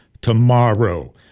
tomorrow